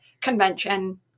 convention